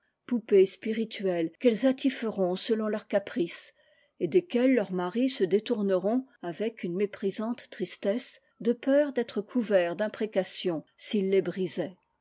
spirituelles qu'elles attiferont selon leur caprice et desquelles leurs maris se détourneront avec une méprisante tristesse de peur d'être couverts d'imprécations s'ils les brisaient